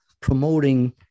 promoting